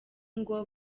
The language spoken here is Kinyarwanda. ngo